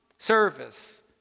Service